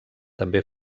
també